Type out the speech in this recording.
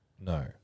No